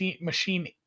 machine